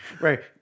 right